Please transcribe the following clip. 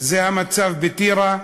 זה המצב בטירה,